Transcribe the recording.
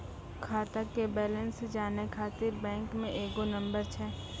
खाता के बैलेंस जानै ख़ातिर बैंक मे एगो नंबर छै?